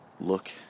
look